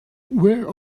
where